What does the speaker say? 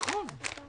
נכון.